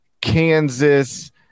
Kansas